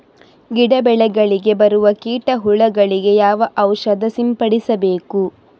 ಗಿಡ, ಬೆಳೆಗಳಿಗೆ ಬರುವ ಕೀಟ, ಹುಳಗಳಿಗೆ ಯಾವ ಔಷಧ ಸಿಂಪಡಿಸಬೇಕು?